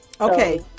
Okay